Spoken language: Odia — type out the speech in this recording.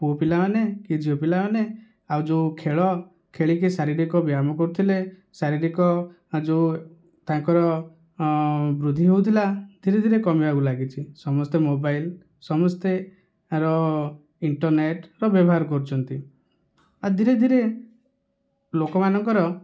ପୁଅ ପିଲାମାନେ କି ଝିଅ ପିଲାମାନେ ଆଉ ଯେଉଁ ଖେଳ ଖେଳିକି ଶାରୀରିକ ବ୍ୟାୟାମ କରୁଥିଲେ ଶାରୀରିକ ଯେଉଁ ତାଙ୍କର ବୃଦ୍ଧି ହେଉଥିଲା ଧୀରେ କମିବାକୁ ଲାଗିଛି ସମସ୍ତେ ମୋବାଇଲ ସମସ୍ତେ ଆର ଇଣ୍ଟରନେଟର ବ୍ୟବହାର କରୁଛନ୍ତି ଆଉ ଧୀରେ ଧୀରେ ଲୋକମାନଙ୍କର